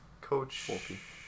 Coach